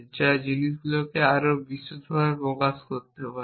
যা জিনিসগুলিকে আরও বিশদভাবে প্রকাশ করতে পারে